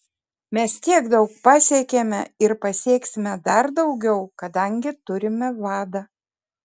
mes tiek daug pasiekėme ir pasieksime dar daugiau kadangi turime vadą